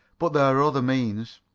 but there are other means.